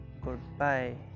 Goodbye